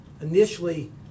initially